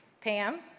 Pam